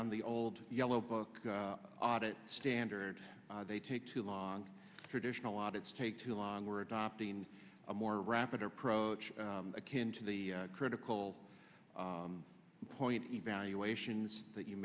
on the old yellow book audit standards they take too long traditional audits take too long we're adopting a more rapid approach akin to the critical point evaluations that you